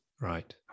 right